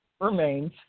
Remains